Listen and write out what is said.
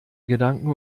gedanken